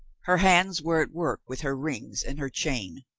her hands were at work with her rings and her chain.